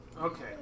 Okay